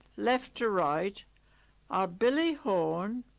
left to right are billy horn,